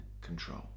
control